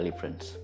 friends